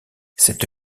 cette